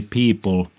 people